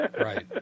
Right